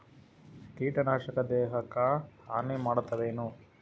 ಕೀಟನಾಶಕ ದೇಹಕ್ಕ ಹಾನಿ ಮಾಡತವೇನು?